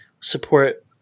support